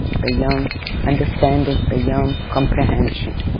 beyond understanding. beyond comprehension.